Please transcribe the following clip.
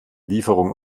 lieferung